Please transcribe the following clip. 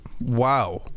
Wow